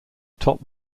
top